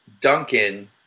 Duncan